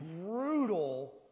brutal